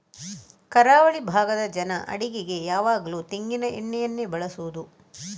ಕರಾವಳಿ ಭಾಗದ ಜನ ಅಡಿಗೆಗೆ ಯಾವಾಗ್ಲೂ ತೆಂಗಿನ ಎಣ್ಣೆಯನ್ನೇ ಬಳಸುದು